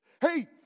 Hey